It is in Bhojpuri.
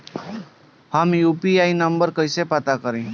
हम यू.पी.आई नंबर कइसे पता करी?